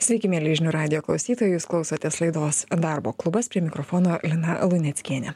sveiki mieli žinių radijo klausytojai jūs klausotės laidos darbo klubas prie mikrofono lina luneckienė